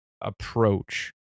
approach